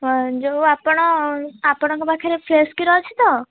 ହଁ ଯୋଉ ଆପଣ ଆପଣଙ୍କ ପାଖରେ ଫ୍ରେସ୍ କ୍ଷୀର ଅଛି ତ